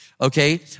Okay